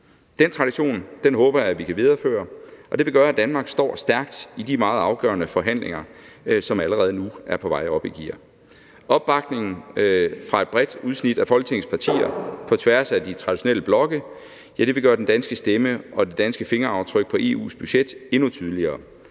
Den tradition håber jeg vi kan videreføre, og det vil gøre, at Danmark står stærkt i de meget afgørende forhandlinger, som allerede nu er på vej op i gear. Opbakningen fra et bredt udsnit af Folketingets partier på tværs af de traditionelle blokke vil gøre den danske stemme og det danske fingeraftryk på EU's budget endnu tydeligere.